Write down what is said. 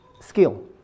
skill